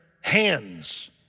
hands